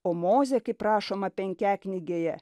o mozė kaip rašoma penkiaknygėje